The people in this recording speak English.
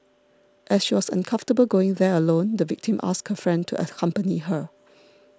as she was uncomfortable going there alone the victim asked her friend to at accompany her